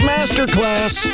Masterclass